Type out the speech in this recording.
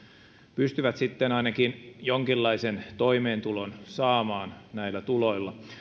pystyvät sitten ainakin jonkinlaisen toimeentulon saamaan näillä tuloilla